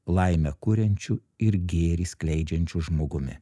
laimę kuriančiu ir gėrį skleidžiančiu žmogumi